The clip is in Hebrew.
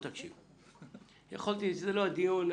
תקשיב, זה לא הדיון.